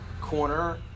corner